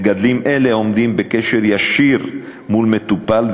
מגדלים אלה עומדים בקשר ישיר עם מטופל,